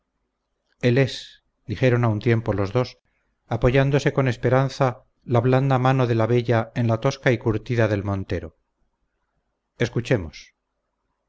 él es dijeron a un tiempo los dos apoyándose con esperanza la blanda mano de la bella en la tosca y curtida del montero escuchemos